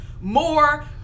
more